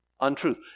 untruth